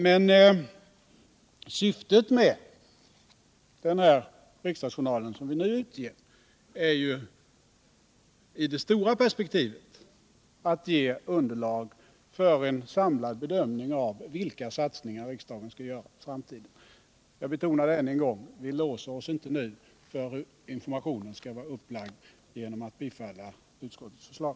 Men syftet med den riksdagsjournal vi nu utger är att i det stora perspektivet ge underlag för en samlad bedömning av vilka satsningar riksdagen skall göra för framtiden. Jag vill ännu en gång betona att vi inte låser oss för hur informationen skall vara upplagd genom att nu bifalla utskottets förslag.